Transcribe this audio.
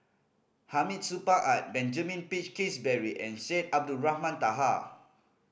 Hamid Supaat Benjamin Peach Keasberry and Syed Abdulrahman Taha